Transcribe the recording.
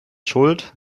schuld